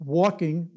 walking